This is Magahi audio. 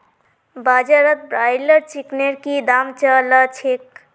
बाजारत ब्रायलर चिकनेर की दाम च ल छेक